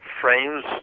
frames